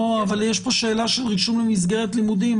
לא, אבל יש פה שאלה של רישום למסגרת לימודים.